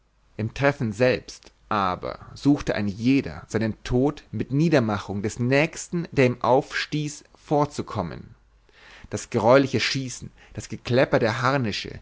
im treffen selbst aber suchte ein jeder seinem tod mit niedermachung des nächsten der ihm aufstieß vorzukommen das greuliche schießen das gekläpper der